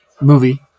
movie